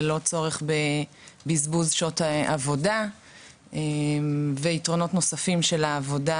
ללא צורך בבזבוז שעות עבודה ויתרונות נוספים של העבודה